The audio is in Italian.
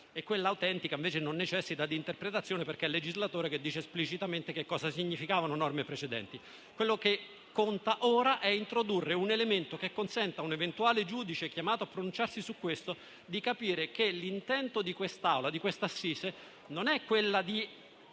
quella autentica non necessita di interpretazione perché è il legislatore stesso a dire esplicitamente che cosa significano norme precedentemente adottate. Quello che conta ora è introdurre un elemento che consenta a un eventuale giudice chiamato a pronunciarsi su questo di capire che l'intento di quest'assise non è